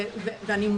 אדוני,